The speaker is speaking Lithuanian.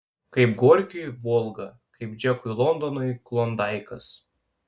kaip gorkiui volga kaip džekui londonui klondaikas